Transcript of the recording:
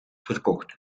verkocht